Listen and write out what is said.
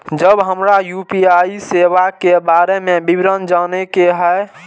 जब हमरा यू.पी.आई सेवा के बारे में विवरण जाने के हाय?